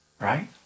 Right